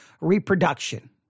reproduction